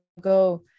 go